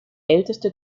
älteste